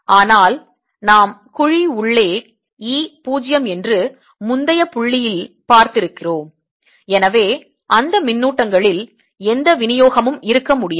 ஆனால் நாம் குழி உள்ளே E 0 என்று முந்தைய புள்ளியில் பார்த்திருக்கிறோம் எனவே அந்த மின்னூட்டங்களில் எந்த விநியோகமும் இருக்க முடியாது